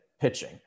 pitching